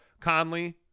Conley